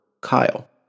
Kyle